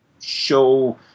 show